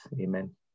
Amen